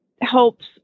helps